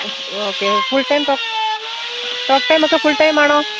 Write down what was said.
okay full time talk time ഒക്കെ full time ആണോ